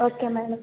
okay madam